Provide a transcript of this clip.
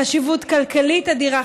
חשיבות כלכלית אדירה,